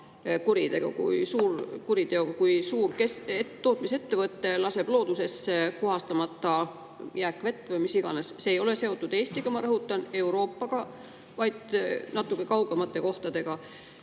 Näiteks kui suur tootmisettevõte laseb loodusesse puhastamata jääkvett või mis iganes. See ei ole seotud Eestiga, ma rõhutan, või Euroopaga, vaid natukene kaugemate kohtadega.